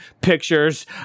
pictures